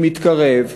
אני מתקרב,